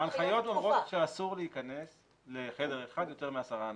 ההנחיות אומרות שאסור להיכנס לחדר אחד יותר מעשרה אנשים.